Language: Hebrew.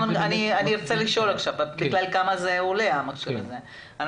אני ארצה לשאול עכשיו כמה זה עולה, המכשיר הזה.